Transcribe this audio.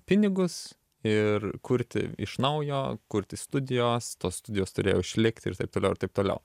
pinigus ir kurti iš naujo kurti studijos tos studijos turėjo išlikti ir taip toliau ir taip toliau